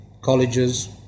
colleges